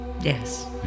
Yes